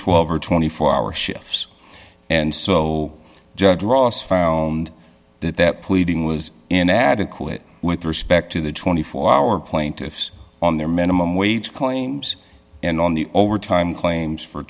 dollars or twenty four hour shifts and so judge ross found that that pleading was inadequate with respect to the twenty four hour plaintiffs on their minimum wage claims and on the overtime claims for